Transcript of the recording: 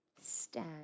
Stand